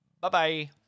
Bye-bye